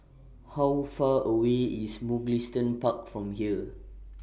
How Far away IS Mugliston Park from here